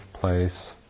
place